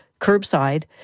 curbside